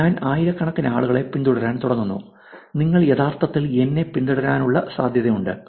ഞാൻ ആയിരക്കണക്കിന് ആളുകളെ പിന്തുടരാൻ തുടങ്ങുന്നു നിങ്ങൾ യഥാർത്ഥത്തിൽ എന്നെ പിന്തുടരാനുള്ള സാധ്യതയുണ്ട്